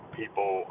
people